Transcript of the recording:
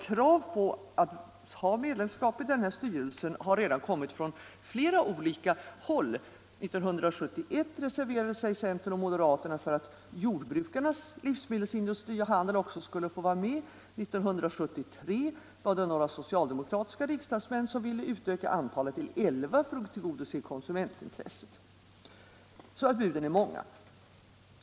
Krav på medlemskap i styrelsen har redan framförts från flera olika håll. År 1971 reserverade sig centern och moderaterna för att jordbrukarnas livsmedelsindustri och handeln också skulle få vara med. 1973 var det några socialdemokratiska riksdagsmän som ville utöka antalet till 11 för att tillgodose konsumentintresset. Buden är alltså många.